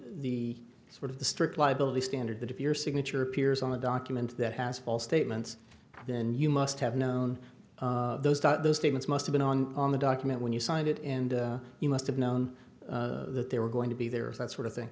the sort of the strict liability standard that if your signature appears on a document that has false statements then you must have known those those statements must have been on the document when you signed it and you must have known that they were going to be there that sort of thing